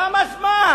כמה זמן?